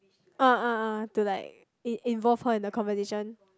uh uh uh to like involve her in the conversation